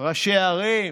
ראשי ערים,